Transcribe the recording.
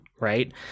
right